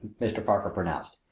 mr. parker pronounced.